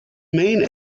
main